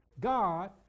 God